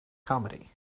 comedy